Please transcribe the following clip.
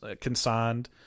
consigned